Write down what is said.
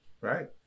Right